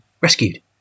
rescued